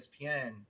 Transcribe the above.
ESPN